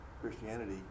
Christianity